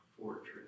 fortress